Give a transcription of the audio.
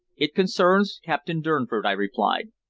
it concerns captain durnford, i replied.